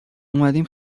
اومدیم